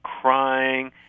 crying